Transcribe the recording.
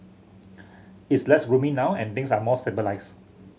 it's less gloomy now and things are more stabilised